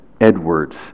Edward's